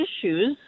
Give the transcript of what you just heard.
issues